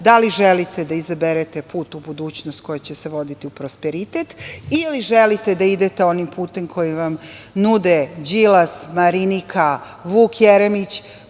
da li želite da izaberete put u budućnosti koji će nas voditi u prosperitet ili želite da idete onim putem koji vam nude Đilas, Marinika, Vuk Jeremić,